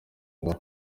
ngo